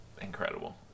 incredible